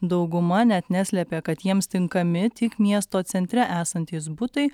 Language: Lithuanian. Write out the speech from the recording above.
dauguma net neslepia kad jiems tinkami tik miesto centre esantys butai